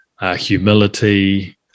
humility